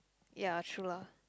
ya true lah